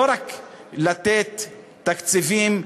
לא רק לתת תקציבים,